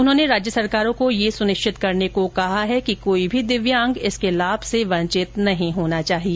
उन्होंने राज्य सरकारों को यह सुनिश्चित करने को कहा है कि कोई भी दिव्यांग इसके लाभ से वंचित नहीं होना चाहिए